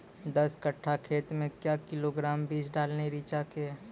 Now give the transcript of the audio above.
दस कट्ठा खेत मे क्या किलोग्राम बीज डालने रिचा के?